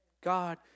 God